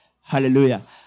Hallelujah